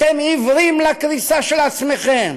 אתם עיוורים לקריסה של עצמכם.